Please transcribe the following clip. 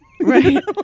Right